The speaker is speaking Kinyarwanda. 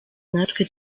natwe